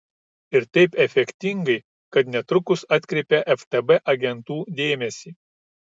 ir taip efektingai kad netrukus atkreipia ftb agentų dėmesį